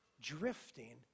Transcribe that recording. drifting